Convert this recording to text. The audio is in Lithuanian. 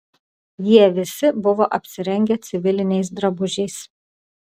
jie visi buvo apsirengę civiliniais drabužiais